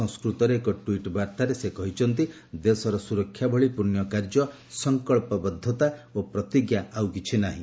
ସଂସ୍କୃତରେ ଏକ ଟ୍ୱିଟ୍ ବାର୍ଭାରେ ଶ୍ରୀ ମୋଦୀ କହିଛନ୍ତି ଦେଶର ସୁରକ୍ଷା ଭଳି ପୁଣ୍ୟ କାର୍ଯ୍ୟ ସଂକଳ୍ପବଦ୍ଧତା ଓ ପ୍ରତିଜ୍ଞା ଆଉ କିଛି ନାହିଁ